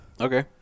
okay